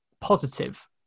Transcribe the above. positive